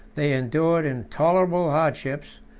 they endured intolerable hardships,